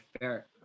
fair